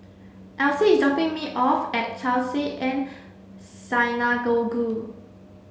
Elyse is dropping me off at Chesed El Synagogue